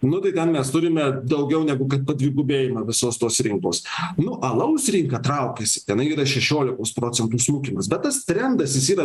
nu tai ten mes turime daugiau negu kad padvigubėjimą visos tos ribos nu alaus rinka traukiasi tenai yra šešiolikos procentų smukimas bet tas trendas jis yra